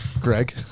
Greg